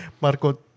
Marco